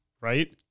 right